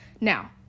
Now